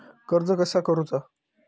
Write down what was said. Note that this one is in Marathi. कर्ज कसा करूचा?